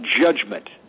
Judgment